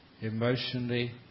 Emotionally